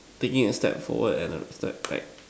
taking a step forward and a step back